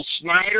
Snyder